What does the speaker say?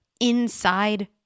inside